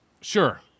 Sure